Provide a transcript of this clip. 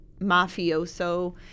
mafioso